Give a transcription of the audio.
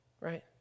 Right